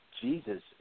Jesus